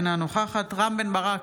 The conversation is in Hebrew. אינה נוכחת רם בן ברק,